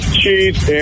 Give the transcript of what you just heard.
cheese